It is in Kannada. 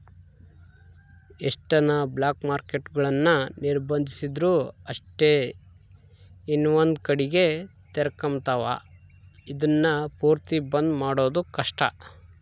ಎಷ್ಟನ ಬ್ಲಾಕ್ಮಾರ್ಕೆಟ್ಗುಳುನ್ನ ನಿಂದಿರ್ಸಿದ್ರು ಅಷ್ಟೇ ಇನವಂದ್ ಕಡಿಗೆ ತೆರಕಂಬ್ತಾವ, ಇದುನ್ನ ಪೂರ್ತಿ ಬಂದ್ ಮಾಡೋದು ಕಷ್ಟ